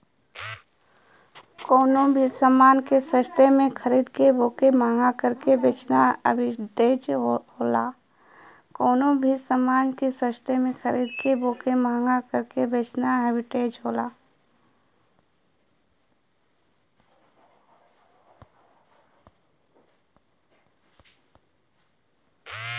कउनो भी समान के सस्ते में खरीद के वोके महंगा करके बेचना आर्बिट्रेज होला